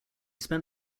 spent